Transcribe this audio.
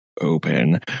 open